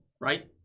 right